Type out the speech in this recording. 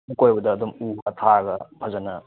ꯑꯀꯣꯏꯕꯗ ꯑꯗꯨꯝ ꯎꯒ ꯊꯥꯔꯒ ꯐꯖꯅ